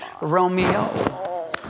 Romeo